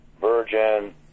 Virgin